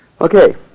Okay